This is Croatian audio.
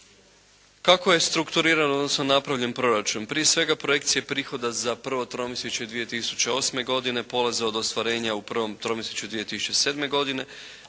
Kako je strukturiran, odnosno napravljen proračun? Prije svega projekcije prihoda za prvo tromjesječje 2008. godine polaze od ostvarenja u prvom tromjesječju 2007. godine